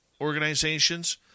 organizations